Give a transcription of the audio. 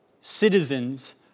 citizens